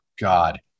God